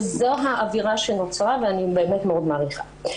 וזו האווירה שנוצרה ואני באמת מאוד מעריכה.